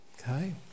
Okay